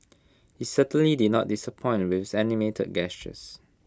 he certainly did not disappoint with his animated gestures